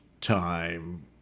time